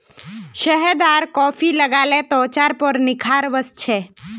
शहद आर कॉफी लगाले त्वचार पर निखार वस छे